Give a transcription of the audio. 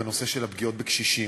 בנושא של הפגיעות בקשישים,